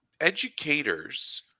educators